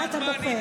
מה אתה בוחר?